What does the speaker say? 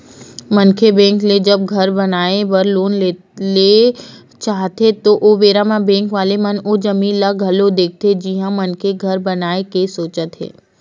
मनखे बेंक ले जब घर बनाए बर लोन लेना चाहथे ओ बेरा म बेंक वाले मन ओ जमीन ल घलो देखथे जिहाँ मनखे घर बनाए के सोचे हे